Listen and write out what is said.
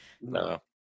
No